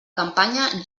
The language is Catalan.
campanya